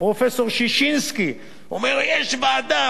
פרופסור ששינסקי אומר: יש ועדה.